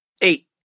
Eight